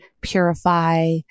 purify